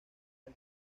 del